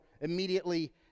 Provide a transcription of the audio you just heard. immediately